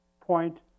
point